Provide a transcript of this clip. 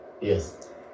Yes